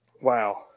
Wow